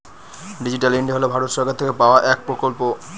digital India হল ভারত সরকার থেকে পাওয়া এক প্রকল্প